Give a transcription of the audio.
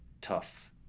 tough